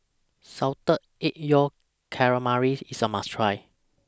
Salted Egg Yolk Calamari IS A must Try